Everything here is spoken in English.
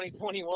2021